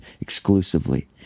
exclusively